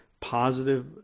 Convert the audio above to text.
positive